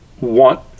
want